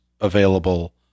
available